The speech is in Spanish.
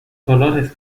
colores